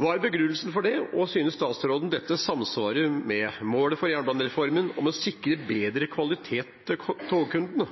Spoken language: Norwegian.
Hva er begrunnelsen for det, og synes statsråden dette samsvarer med målet for jernbanereformen om å sikre bedre kvalitet til togkundene?»